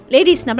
Ladies